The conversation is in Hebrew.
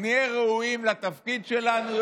נהיה ראויים יותר לתפקיד שלנו,